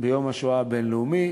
ביום השואה הבין-לאומי